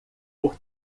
por